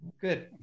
Good